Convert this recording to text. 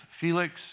Felix